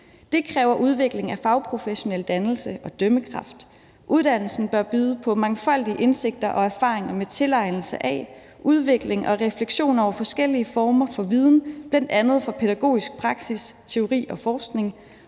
Det kræver udvikling af fagprofessionel dannelse og dømmekraft. Uddannelsen bør byde på mangfoldige indsigter og erfaringer med tilegnelse af, udvikling og refleksion over forskellige former for viden, bl.a. fra pædagogisk praksis, teori og forskning,